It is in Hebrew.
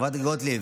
חברת הכנסת גוטליב,